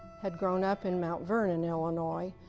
had grown up in mt. vernon, illinois.